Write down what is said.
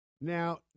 Now